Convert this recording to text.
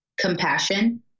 compassion